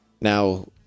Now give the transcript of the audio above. Now